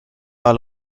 ajal